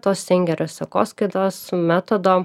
tos singerio sekoskaitos metodo